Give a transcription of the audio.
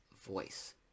voice